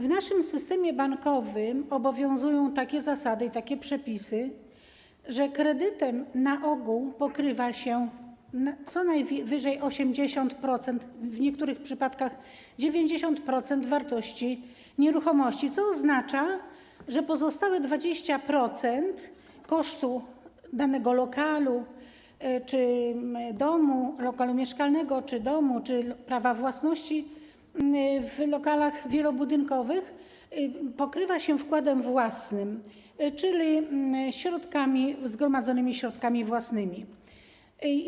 W naszym systemie bankowym obowiązują takie zasady i takie przepisy, że kredytem na ogół pokrywa się co najwyżej 80%, w niektórych przypadkach 90% wartości nieruchomości, co oznacza, że pozostałe 20% kosztu danego lokalu mieszkalnego czy domu, czy prawa własności w lokalach wielobudynkowych pokrywa się wkładem własnym, czyli zgromadzonymi środkami własnymi.